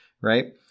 right